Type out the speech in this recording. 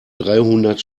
dreihundert